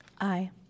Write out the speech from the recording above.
Aye